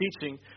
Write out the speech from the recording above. teaching